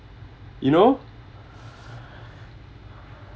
you know